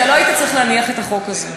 אתה לא היית צריך להניח את החוק הזה.